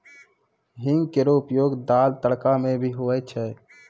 हींग केरो उपयोग दाल, तड़का म भी होय छै